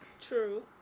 True